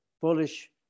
Polish